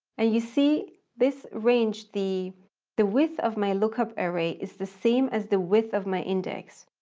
and you see this range, the the width of my lookup array is the same as the width of my index.